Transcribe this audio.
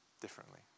differently